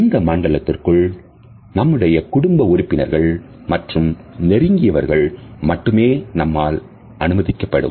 இந்த மண்டலத்திற்குள் நம்முடைய குடும்ப உறுப்பினர்கள் மற்றும் நெருங்கியவர்கள் மட்டுமே நம்மால் அனுமதிக்கப்படுவர்